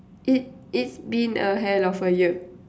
it it's been a hell of the year